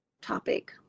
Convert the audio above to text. topic